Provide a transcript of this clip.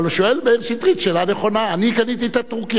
אבל שואל מאיר שטרית שאלה נכונה: אני קניתי את הטורקי,